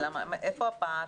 איפה הפער?